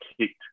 kicked